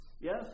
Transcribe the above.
yes